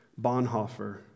Bonhoeffer